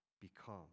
become